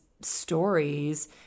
stories